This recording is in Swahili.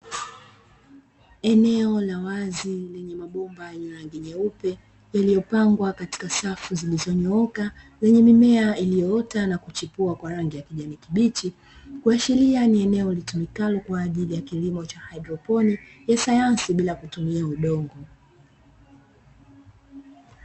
Eneo la wazi lenye mabomba yenye rangi nyeupe yaliyopangwa katika safu zilizonyooka lenye mimea iliyoota na kuchipua kwa rangi ya kijani kibichi kuashiria ni eneo litumikalo kwaajili ya kilimo cha haidroponi ya sayansi bila kutumia udongo.